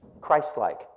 Christ-like